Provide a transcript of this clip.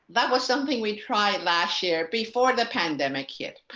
that was something we tried last year before the pandemic hit.